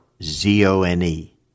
Z-O-N-E